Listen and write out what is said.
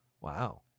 Wow